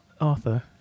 Arthur